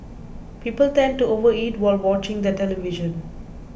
people tend to overeat while watching the television